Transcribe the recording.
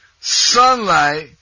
Sunlight